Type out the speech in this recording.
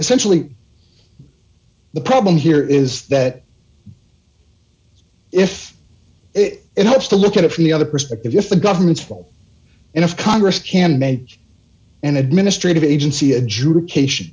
essentially the problem here is that if it helps to look at it from the other perspective if the governments fall in if congress can amend an administrative agency adjudication